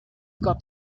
got